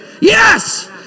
Yes